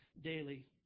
daily